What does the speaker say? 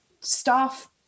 staff